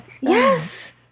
yes